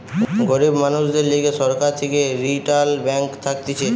গরিব মানুষদের লিগে সরকার থেকে রিইটাল ব্যাঙ্ক থাকতিছে